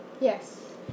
Yes